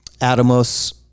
Atomos